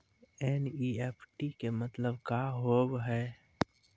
NEFT के मतलब का होव हेय?